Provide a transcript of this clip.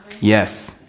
Yes